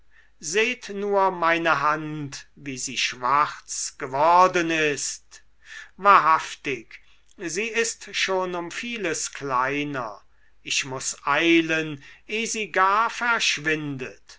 seht nur meine hand wie sie schwarz geworden ist wahrhaftig sie ist schon um vieles kleiner ich muß eilen eh sie gar verschwindet